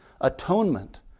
atonement